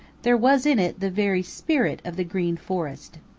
there was in it the very spirit of the green forest.